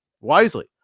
wisely